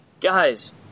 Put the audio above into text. guys